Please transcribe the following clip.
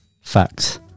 facts